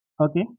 Okay